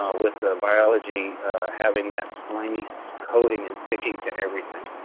with the biology having that slimy so coating and sticking to everything.